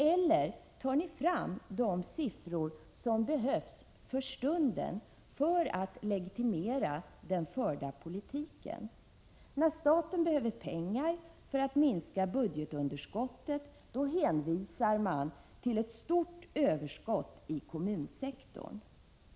Eller tar man där fram de siffror som behövs för stunden för att legitimera den förda politiken? När staten behöver pengar för att minska budgetunderskottet hänvisar man till ett stort överskott i kommunsektorn.